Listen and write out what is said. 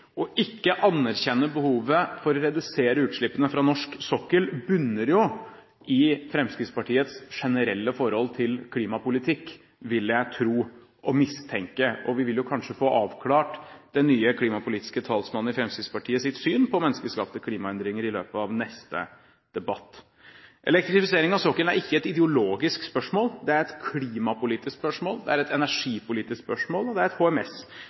ideologi. Ikke å anerkjenne behovet for å redusere utslippene fra norsk sokkel bunner jo i Fremskrittspartiets generelle forhold til klimapolitikk – vil jeg tro, og mistenke – og vi vil jo kanskje få avklart den nye klimapolitiske talsmannens syn på menneskeskapte klimaendringer i løpet av neste debatt. Elektrifisering av sokkelen er ikke et ideologisk spørsmål, det er et klimapolitisk spørsmål, det er et energipolitisk spørsmål, og det er et